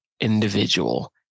individual